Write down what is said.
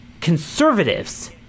conservatives